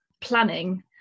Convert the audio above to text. planning